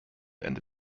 ende